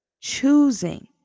Choosing